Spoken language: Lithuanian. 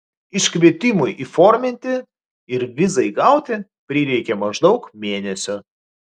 iškvietimui įforminti ir vizai gauti prireikė maždaug mėnesio